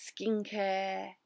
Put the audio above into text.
skincare